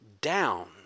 down